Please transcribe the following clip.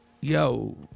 yo